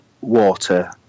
water